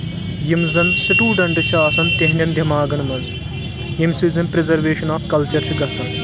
یِم زن سٔٹوٗڈنٹٕس چھِ آسان تِہنٛدؠن دؠماغن منٛز ییٚمہِ سۭتۍ زن پرٛزرویشن آف کلچر چھِ گژھان